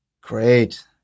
Great